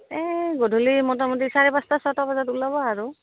এই গধূলি মোটামুটি চাৰে পাঁচটা ছয়টা বজাত ওলাব আৰু